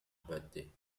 birthday